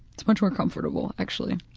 it's much more comfortable, actually.